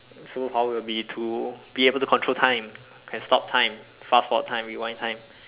superpower would be to be able to control time can stop time fast forward time rewind time